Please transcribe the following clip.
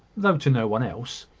though to no one else